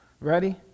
Ready